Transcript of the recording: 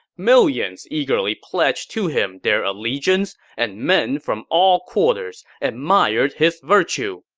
millions eagerly pledged to him their allegiance and men from all quarters admired his virtue.